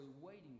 waiting